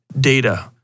data